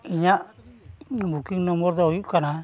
ᱤᱧᱟᱹᱜ ᱫᱚ ᱦᱩᱭᱩᱜ ᱠᱟᱱᱟ